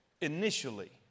Initially